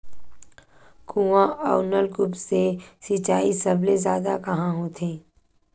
कुआं अउ नलकूप से सिंचाई सबले जादा कहां होथे?